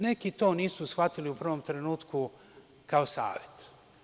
Neki to nisu shvatili u prvom trenutku kao savet.